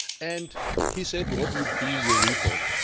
and he said, what would be in your report?